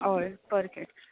हय पर केट